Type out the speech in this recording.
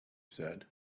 said